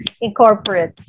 incorporate